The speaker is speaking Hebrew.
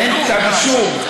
אין כתב-אישום.